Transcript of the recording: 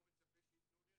לא מצפה שייתנו לי,